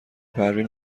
پروین